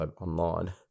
online